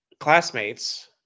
classmates